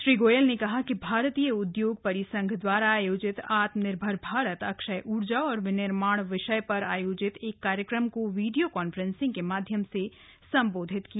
श्री गोयल ने भारतीय उदयोग परिसंघ द्वारा आयोजित आत्मनिर्भर भारतए अक्षय ऊर्जा और विनिर्माण विषय पर आयोजित एक कार्यक्रम को वीडियो कॉन्फ्रेंसिंग के माध्यम से संबोधित किया